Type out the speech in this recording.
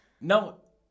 No